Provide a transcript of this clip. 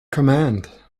command